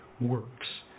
works